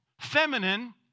feminine